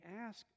ask